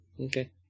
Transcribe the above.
Okay